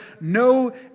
no